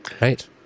right